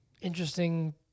interesting